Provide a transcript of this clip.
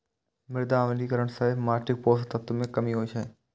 मृदा अम्लीकरण सं माटिक पोषक तत्व मे कमी होइ छै